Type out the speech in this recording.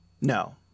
No